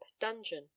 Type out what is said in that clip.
dungeon